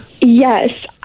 Yes